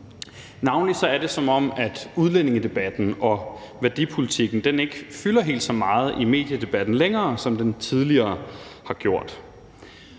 Navnlig er det, som om udlændingedebatten og værdipolitikken ikke fylder helt så meget i mediedebatten længere, som den tidligere har gjort.